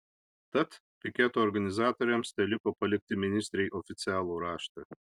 tad piketo organizatoriams teliko palikti ministrei oficialų raštą